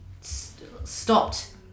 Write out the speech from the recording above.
stopped